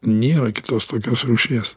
nėra kitos tokios rūšies